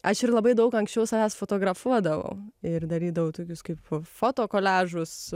aš ir labai daug anksčiau savęs fotografuodavau ir darydavau tokius kaip fo foto koliažus